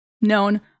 known